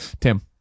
Tim